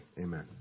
Amen